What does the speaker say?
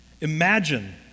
Imagine